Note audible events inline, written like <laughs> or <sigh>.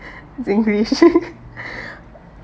english <laughs>